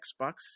xbox